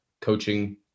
coaching